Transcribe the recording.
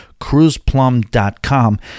Cruiseplum.com